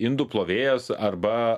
indų plovėjas arba